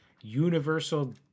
universal